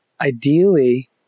ideally